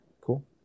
Cool